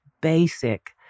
basic